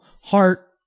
Heart